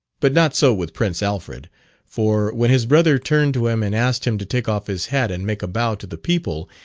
but not so with prince alfred for, when his brother turned to him and asked him to take off his hat and make a bow to the people,